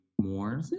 more